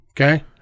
Okay